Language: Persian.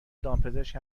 دامپزشک